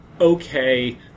okay